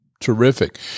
Terrific